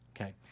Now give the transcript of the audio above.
Okay